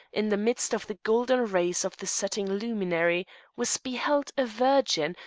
in the midst of the golden rays of the setting luminary was beheld a virgin,